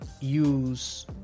use